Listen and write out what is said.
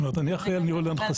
אני אחראי על ניהול הנכסים.